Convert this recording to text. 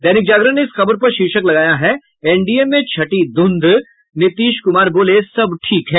दैनिक जागरण ने इस खबर पर शीर्षक लगाया है एनडीए में छंटी ध्रंध नीतीश कुमार बोले सब ठीक है